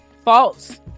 false